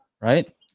right